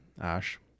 Ash